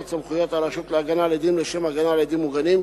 סמכויות הרשות להגנה על עדים לשם הגנה על עדים מוגנים,